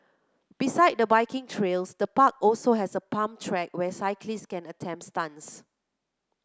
beside the biking trails the park also has a pump track where cyclists can attempt stunts